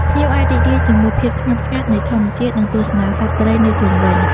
ភ្ញៀវអាចរីករាយជាមួយភាពស្ងប់ស្ងាត់នៃធម្មជាតិ និងទស្សនាសត្វព្រៃនៅជុំវិញ។